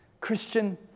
Christian